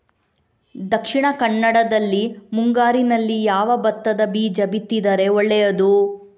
ದಕ್ಷಿಣ ಕನ್ನಡದಲ್ಲಿ ಮುಂಗಾರಿನಲ್ಲಿ ಯಾವ ಭತ್ತದ ಬೀಜ ಬಿತ್ತಿದರೆ ಒಳ್ಳೆಯದು?